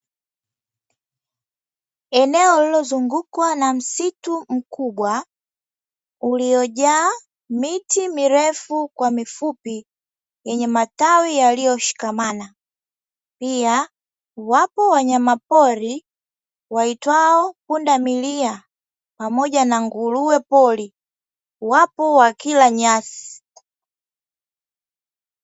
Eneo lililozungukwa na msitu mkubwa uliojaa miti mirefu kwa mifupi yenye matawi yaliyoshikamana. Pia, wapo wanyama pori waitwao pundamilia pamoja na nguruwe pori, wapo wakila nyasi.